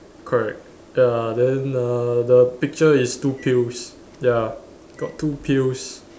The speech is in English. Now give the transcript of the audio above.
correct ya then uh the picture is two pills ya got two pills